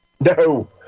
No